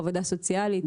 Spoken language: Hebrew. עבודה סוציאלית,